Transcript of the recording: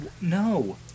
no